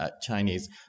Chinese